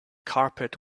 carpet